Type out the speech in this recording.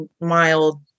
mild